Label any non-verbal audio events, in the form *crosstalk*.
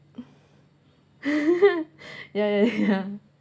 *laughs* ya ya ya ya